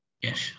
Yes